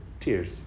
tears